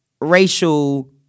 racial